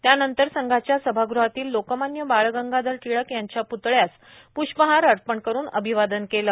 त्यानंतर संघाच्या सभागृहातील लोकमान्य बाळ गंगाधर टिळक यांच्या पृतळ्यास पृष्पहार अर्पण करून अभिवादन केले